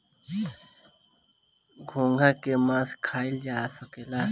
घोंघा के मास खाइल जा सकेला